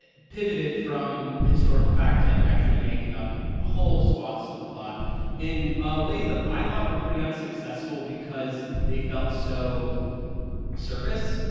pivoted from historical fact, like actually making up whole swaths of plot in ah ways that i thought were pretty unsuccessful because they felt so surface.